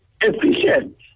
Efficient